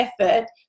effort